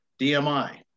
DMI